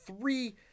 three